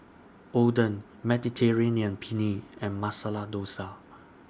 Oden Mediterranean Penne and Masala Dosa